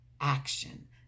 action